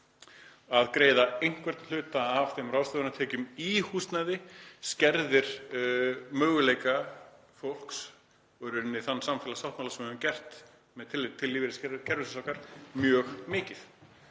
Að greiða einhvern hluta af þeim ráðstöfunartekjum í húsnæði skerðir möguleika fólks og í rauninni þann samfélagssáttmála sem við höfum gert með tilliti til lífeyriskerfisins okkar mjög mikið.